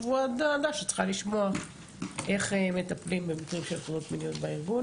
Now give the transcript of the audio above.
וזו הוועדה שצריכה לשמוע איך מטפלים במקרים של פגיעות מיניות בארגון.